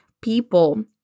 people